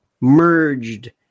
merged